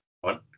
one